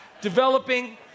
developing